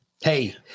Hey